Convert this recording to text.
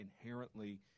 inherently